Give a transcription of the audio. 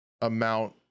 amount